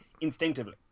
instinctively